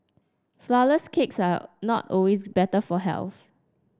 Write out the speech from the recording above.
flourless cakes are not always better for health